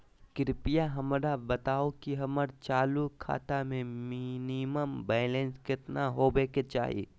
कृपया हमरा बताहो कि हमर चालू खाता मे मिनिमम बैलेंस केतना होबे के चाही